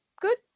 good